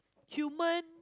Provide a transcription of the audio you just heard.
human